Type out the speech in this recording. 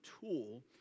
tool